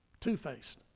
Two-faced